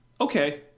Okay